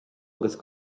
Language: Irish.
agus